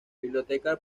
biblioteca